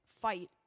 fight